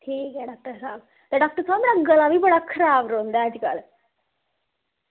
ठीक ऐ डॉक्टर साहब ते डॉक्टर साह्ब मेरा गला बी बड़ा खराब रौहंदा ऐ अज्जकल